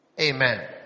Amen